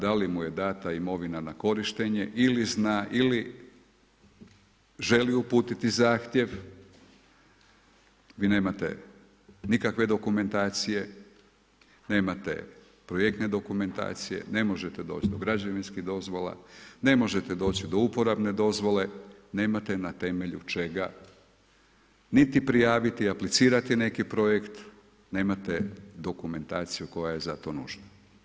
Da li mu je dana imovina na korištenje ili zna ili želi uputiti zahtjev, vi nemate nikakve dokumentacije, nemate projektne dokumentacije, ne možete doći do građevinskih dozvola, ne možete doći do uporabne dozvole, nemate na temelju čega niti prijaviti, aplicirati neki projekt, nemate dokumentaciju koja je za to nužna.